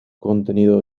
contenido